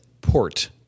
port